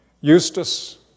Eustace